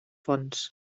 fonts